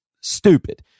stupid